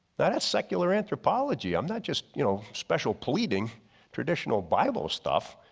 that has secular anthropology. i'm not just you know special pleading traditional bible stuff.